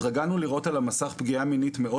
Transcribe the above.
התרגלנו לראות על המסך פגיעה מינית מאוד